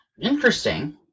Interesting